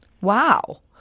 Wow